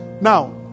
Now